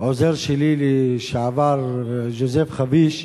והעוזר שלי לשעבר ג'וזף חביש.